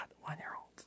One-year-old